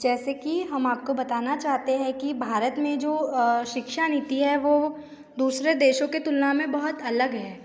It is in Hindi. जैसे कि हम आपको बताना चाहते हैं कि भारत में जो शिक्षा निति है वो दूसरे देशों के तुलना में बहुत अलग है